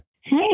Hey